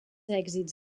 èxits